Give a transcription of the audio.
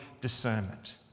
discernment